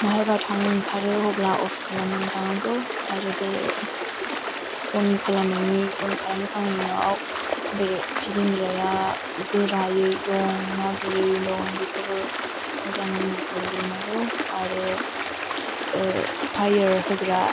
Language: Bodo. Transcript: बबेहायबा थांनो ओंखारो अब्ला अफ खालामनानै थांनांगौ आरो बे अन खालामनायनि अन खालामखांनायनि उनाव बे फिदिंग्राया गोरायै दं ना गुरै दं बेखौबो मोजाङै नोजोर होग्रोनांगौ आरो फायर होग्रा